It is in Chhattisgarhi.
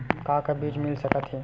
का का बीज मिल सकत हे?